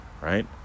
right